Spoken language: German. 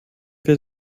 wir